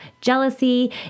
jealousy